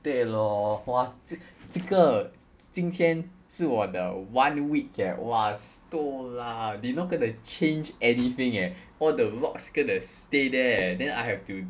对 lor !wah! 这这个今天是我的 one week eh !wah! toh lah they're not going to change anything eh all the rocks gonna stay there eh then I have to